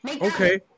Okay